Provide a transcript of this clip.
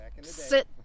sit